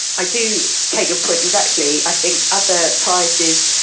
i do take your point exactly, i think other prizes,